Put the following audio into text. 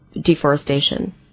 deforestation